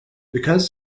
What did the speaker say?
because